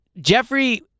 Jeffrey